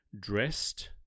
dressed